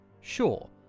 Sure